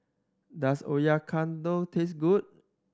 does Oyakodon taste good